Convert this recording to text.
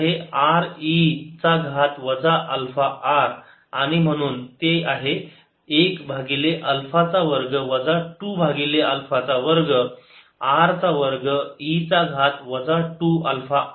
ते आहे r e चा घात वजा अल्फा r आणि म्हणून ते आहे 1 भागिले अल्फा चा वर्ग वजा 2 भागिले अल्फा चा वर्ग r चा वर्ग e चा घात वजा 2 अल्फा r